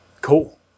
Cool